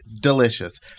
delicious